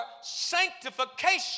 sanctification